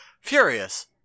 Furious